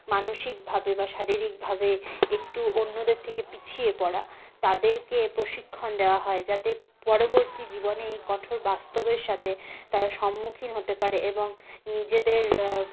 মানসিকভাবে বা শারীরিকভাবে একটু অন্যদের থেকে পিছিয়ে পরা তাদেরকে প্রশিক্ষণ দেওয়া হয় যাতে পরবর্তী জীবনে এই কঠোর বাস্তবের সাথে তারা সম্মুখীন হতে পারে এবং নিজেদের